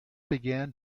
began